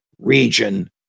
region